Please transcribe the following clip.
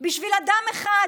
בשביל אדם אחד